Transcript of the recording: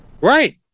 Right